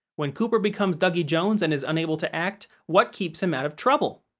when cooper becomes dougie jones and is unable to act, what keeps him out of trouble?